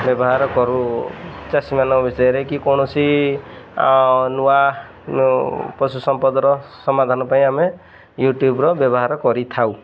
ବ୍ୟବହାର କରୁ ଚାଷୀମାନଙ୍କ ବିଷୟରେ କି କୌଣସି ନୂଆ ପଶୁ ସମ୍ପଦର ସମାଧାନ ପାଇଁ ଆମେ ୟୁଟ୍ୟୁବ୍ର ବ୍ୟବହାର କରିଥାଉ